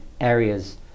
areas